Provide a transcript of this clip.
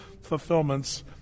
fulfillments